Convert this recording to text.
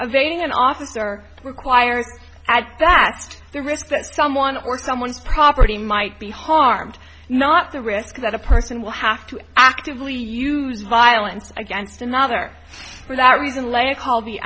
of aiding an officer required add that the risk that someone or someone's property might be harmed not the risk that a person will have to actively used violence against another for that reason later called the